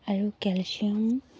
আৰু কেলছিয়াম